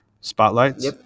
spotlights